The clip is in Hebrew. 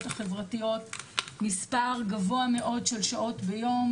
החברתיות מספר גבוה מאוד של שעות ביום,